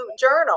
journal